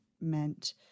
meant